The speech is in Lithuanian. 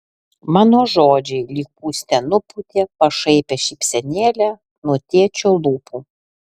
mano žodžiai lyg pūste nupūtė pašaipią šypsenėlę nuo tėčio lūpų